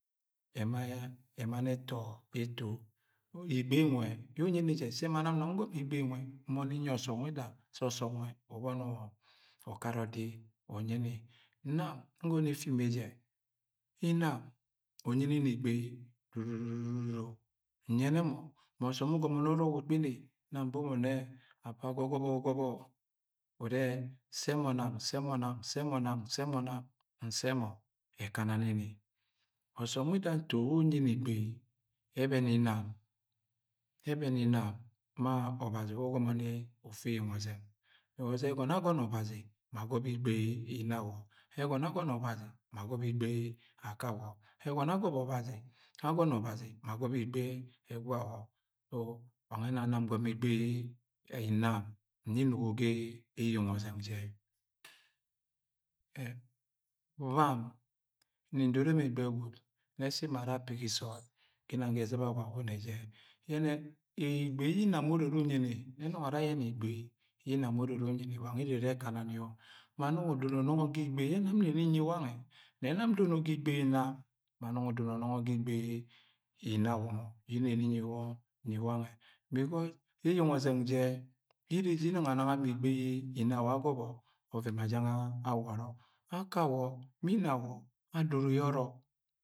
igbei nwẹ yẹ unyi ni jẹ sẹ ma nam nnọng ngọmọ igbei nwẹ unyi ọsọm wida sẹ ọsọm nwẹ ubọni ukad ọdi unyini. Nam ngọnọ Effime jẹ, inam unyini egbei dududuuu nyẹnẹ mọ ma ọsọm ugọmọni ọrọk ukoini nbo mọ apa gogobo, gogobo o! urẹ sẹ mọ nang, sẹ mọ nang, sẹ nang, sẹ mọ nang, bsẹ mọ, ekana nini. Ọsọm wida nto wẹ unyini igbei ẹbẹnẹ inam, ẹbẹnẹ ma ọbazi wẹ ugomo ni ufu eyeng ọzeng because ẹgọnọ yẹ agọnọ ọbazi ma agọbọ igbei inawo. Egọnọ yẹ agọnọ ọbazi ma agọbọ igbei akawo. Egọnọ agọnọ obazi maagọbọ igbei ẹgwawọ. Wangẹ enani ngọmọ igbei inam nni nnugo ga eyeng ọzẹng jẹ bam, nni ndoro emo ga ẹgbẹghẹ gwud, nnẹ sẹ emo ara apigi sọọd ginang ga ẹzɨba Agwagune jẹ yẹnẹ igbei yẹ inam ure uru unyi ni, nẹ nọngọ ara ayẹnẹ igbei yẹ inam ure uri unyini wange ere erẹ ekana ni o! Ma nọngo dọnọ nọngo ga igbei yẹ nne nni nyi wangẹ. Nẹ nam ndono ga igbei inam, ma nongo dọnọ nọngọ, ga igbei yẹ nam nne nni nyi wangẹ nẹ nam ndono ga igbei inam, ma no̱ngọ dono no̱ngo ga igbei inawọngo yẹ nni nyi wangr. Because eyeng ọzeng jẹ ire jẹ ginang anang ama igbei inawo agọbọ ọvẹn ma jẹng awọrọ Akawọ ma inawọ adoro yẹ ọrọk.